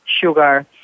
sugar